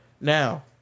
Now